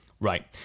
right